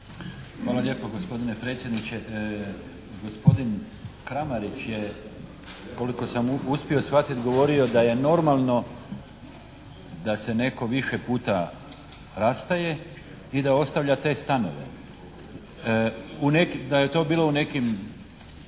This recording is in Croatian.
Hvala lijepo gospodine predsjedniče! Gospodin Kramarić je, koliko sam uspio shvatiti govorio da je normalno da se netko više puta rastaje i da ostavlja te stanove, da je to bilo u nekim